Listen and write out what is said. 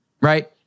right